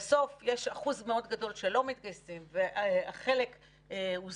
כשבסוף יש אחוז גדול מאוד של לא מתגייסים והחלק שנושא